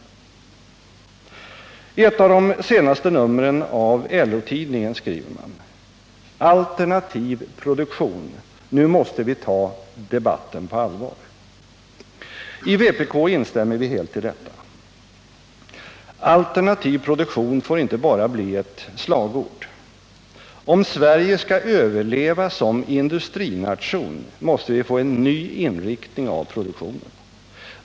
I ett av de senaste numren av LO-tidningen skriver man: ”Alternativ produktion — nu måste vi ta debatten på allvar.” I vpk instämmer vi helt i detta. Alternativ produktion får inte bara bli ett slagord. Om Sverige skall överleva som industrination måste vi få en ny inriktning av produktionen.